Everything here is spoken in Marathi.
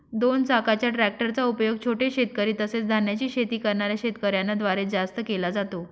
दोन चाकाच्या ट्रॅक्टर चा उपयोग छोटे शेतकरी, तसेच धान्याची शेती करणाऱ्या शेतकऱ्यांन द्वारे जास्त केला जातो